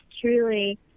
truly